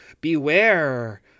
Beware